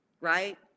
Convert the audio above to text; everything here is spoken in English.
Right